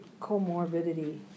comorbidity